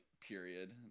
period